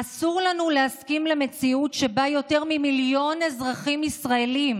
אסור לנו להסכים למציאות שבה יותר ממיליון אזרחים ישראלים